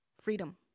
freedom